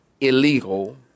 illegal